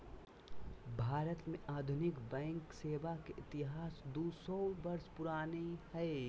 भारत में आधुनिक बैंक सेवा के इतिहास दू सौ वर्ष पुराना हइ